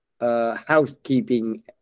housekeeping